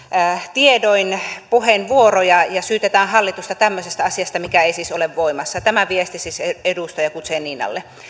tiedoin puheenvuoroja ja syytetään hallitusta tämmöisestä asiasta mikä ei siis ole voimassa tämä viesti edustaja guzeninalle